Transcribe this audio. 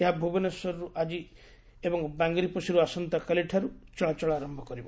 ଏହା ଭୁବନେଶ୍ୱରରୁ ଆଜିଠାରୁ ଏବଂ ବାଙ୍ଗିରିପୋଷିରୁ ଆସନ୍ତାକାଲିଠାରୁ ଚଳାଚଳ କରିବ